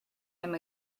him